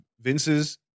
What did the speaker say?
Vince's